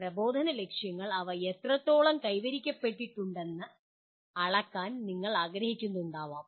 പ്രബോധന ലക്ഷ്യങ്ങൾ അവ എത്രത്തോളം കൈവരിക്കപ്പെട്ടുവെന്ന് അളക്കാൻ നിങ്ങൾ ആഗ്രഹിക്കുന്നുണ്ടാവാം